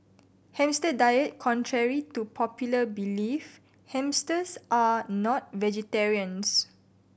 hamster diet Contrary to popular belief hamsters are not vegetarians